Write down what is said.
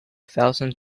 thousand